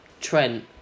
Trent